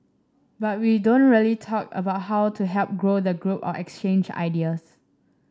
but we don't really talk about how to help grow the group or exchange ideas